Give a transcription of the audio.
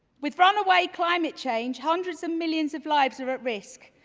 with runaway climate change, hundreds of millions of lives are at risk.